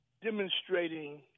Demonstrating